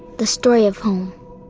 the story of home.